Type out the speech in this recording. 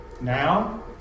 Now